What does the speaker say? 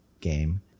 game